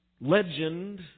legend